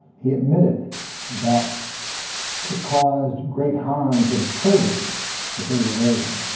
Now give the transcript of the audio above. he admitted that it caused great harm to the children that they were raising.